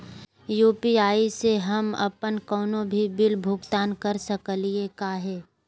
UPI स हम अप्पन कोनो भी बिल भुगतान कर सकली का हे?